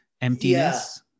emptiness